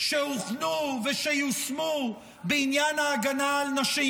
שהוכנו ושיושמו בעניין ההגנה על נשים.